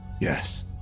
Yes